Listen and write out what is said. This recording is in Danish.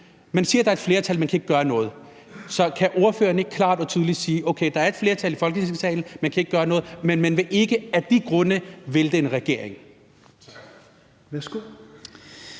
man siger, at der er et flertal, men at man ikke kan gøre noget. Kan ordføreren ikke er klart og tydeligt sige: Okay, der er et flertal i Folketingssalen; man kan ikke gøre noget, men man vil ikke af de grunde vælte en regering?